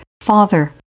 Father